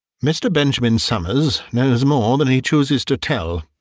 mr. benjamin somers knows more um than he chooses to tell,